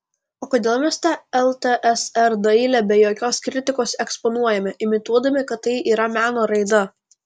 o kodėl mes tą ltsr dailę be jokios kritikos eksponuojame imituodami kad tai yra meno raida